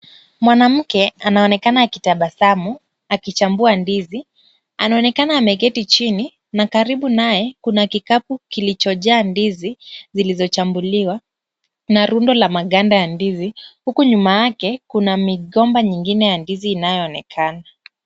Mwanamke anaonekana akitabasamu akichambua ndizi. Anaonekana ameketi chini na karibu naye kuna kikabu kilichojaa ndizi zilizochambuliwa na rundo la maganda ya ndizi huku nyuma yake kuna migomba nyingine ya ndizi inayoonekana.